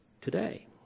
today